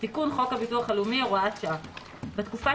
תיקון חוקהביטוח הלאומי הוראת שעה 1. בתקופה